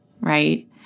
right